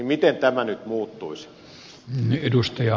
miten tämä nyt muuttuisi